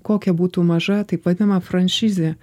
kokia būtų maža taip vadinama franšizė